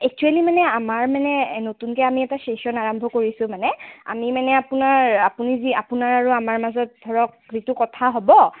actually মানে আমাৰ মানে নতুনকৈ আমি এটা চেশ্যন আৰম্ভ কৰিছোঁ মানে আমি মানে আপোনাৰ আপুনি যি আপোনাৰ আৰু আমাৰ মাজত ধৰক যিটো কথা হ'ব